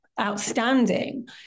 outstanding